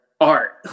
art